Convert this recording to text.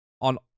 on